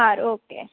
સારું ઓકે